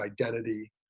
identity